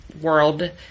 world